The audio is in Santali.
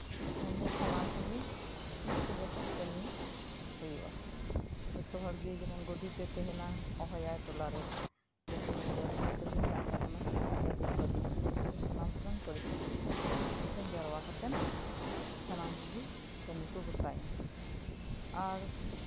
ᱩᱱᱫᱚ ᱥᱟᱱᱟᱢ ᱠᱚᱜᱮ ᱢᱤᱫ ᱥᱚᱝᱜᱮᱛᱮ ᱠᱟᱹᱢᱤ ᱦᱳᱭᱳᱜᱼᱟ ᱡᱷᱚᱛᱚ ᱦᱚᱲᱜᱮ ᱡᱮᱢᱚᱱ ᱜᱳᱰᱮᱛ ᱮ ᱛᱟᱦᱮᱱᱟ ᱦᱚᱦᱚᱭᱟ ᱴᱚᱞᱟᱨᱮ ᱡᱮ ᱛᱮᱦᱮᱧ ᱫᱚ ᱱᱤᱭᱟᱹ ᱠᱟᱹᱢᱤ ᱢᱮᱱᱟᱜ ᱛᱟᱵᱚᱱᱟ ᱱᱤᱭᱟᱹ ᱵᱚᱱ ᱠᱟᱹᱢᱤᱭᱟ ᱛᱚᱠᱷᱚᱱ ᱫᱚ ᱥᱟᱱᱟᱢ ᱠᱚᱨᱮᱱ ᱯᱟᱹᱨᱤᱥ ᱠᱚᱜᱮ ᱢᱤᱫ ᱴᱷᱮᱱ ᱡᱟᱣᱨᱟ ᱠᱟᱛᱮᱫ ᱥᱟᱱᱟᱢ ᱠᱚᱜᱮ ᱠᱟᱹᱢᱤ ᱠᱚ ᱜᱚᱴᱟᱭᱟ ᱟᱨ